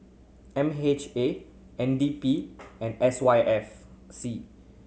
M H A N D P and S Y F C